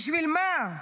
בשביל מה?